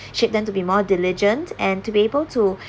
shape them to be more diligent and to be able to